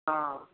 हाँ